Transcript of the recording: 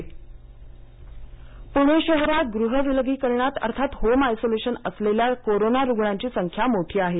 पणे मनपा अँप पुणे शहरात गृह विलगिकरणात अर्थात होम आयसोलेशन असलेल्या कोरोना रुग्णांची संख्या मोठी आहे